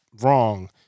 wrong